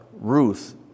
Ruth